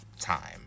time